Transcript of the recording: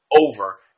over